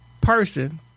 person